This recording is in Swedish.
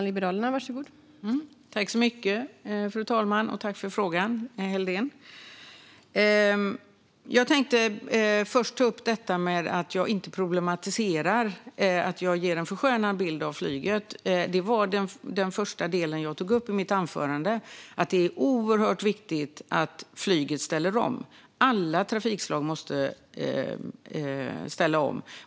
Fru talman! Jag tackar Helldén för frågan. Jag tänkte först ta upp detta med att jag inte problematiserar och att jag ger en förskönad bild av flyget. Det första jag tog upp i mitt anförande var att det är oerhört viktigt att flyget ställer om. Alla trafikslag måste ställa om.